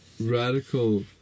radical